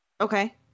Okay